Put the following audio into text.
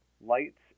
Lights